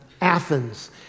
Athens